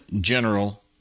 General